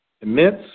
immense